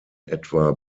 etwa